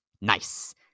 nice